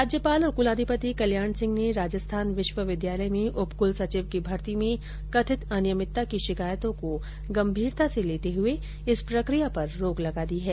राज्यपाल और क्लाधिपति कल्याण सिंह ने राजस्थान विश्वविद्यालय में उप क्लसचिव की भर्ती में कथित अनियमितता की शिकायतों को गंभीरता से लेते हये इस प्रक्रिया पर रोक लगा दी है